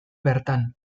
bertan